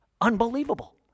unbelievable